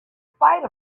spite